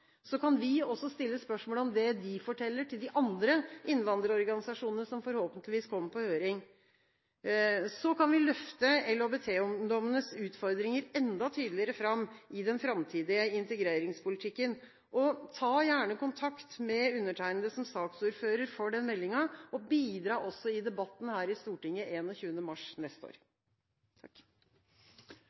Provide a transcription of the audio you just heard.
så vi også kan stille spørsmål om det de forteller til de andre innvandrerorganisasjonene som forhåpentligvis kommer på høring. Så kan vi løfte LHBT-ungdommens utfordringer enda tydeligere fram i den framtidige integreringspolitikken. Ta gjerne kontakt med meg som saksordfører for den meldingen, og bidra også i debatten her i Stortinget 21. mars neste år.